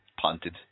punted